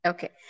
Okay